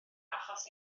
achos